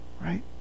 Right